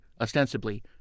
ostensibly